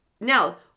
Now